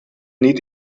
niet